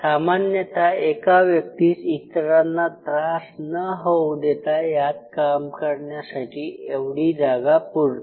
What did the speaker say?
सामान्यतः एका व्यक्तीस इतरांना त्रास न होऊ देता यात काम करण्यासाठी एवढी जागा पुरते